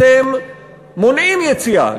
אתם מונעים יציאה,